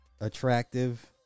attractive